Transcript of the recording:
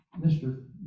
Mr